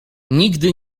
nigdy